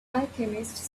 alchemist